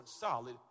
solid